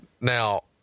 Now